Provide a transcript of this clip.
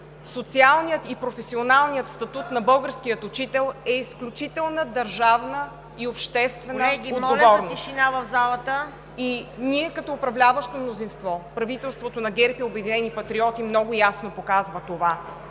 социалният и професионалният статут на българския учител е изключителна държавна и обществена отговорност. Ние като управляващо мнозинство – правителството на ГЕРБ и „Обединени патриоти“, много ясно показваме това.